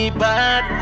bad